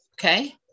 okay